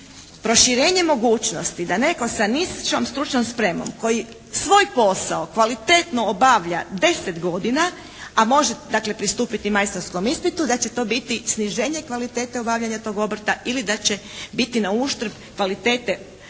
proširenje mogućnosti da netko sa nižom stručnom spremom koji svoj posao kvalitetno obavlja deset godina a može dakle pristupiti majstorskom ispitu, da će to biti sniženje kvalitete obavljanja tog obrta ili da će biti na uštrb kvalitete